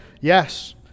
Yes